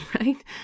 right